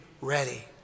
ready